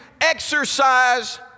exercise